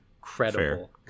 incredible